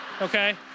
Okay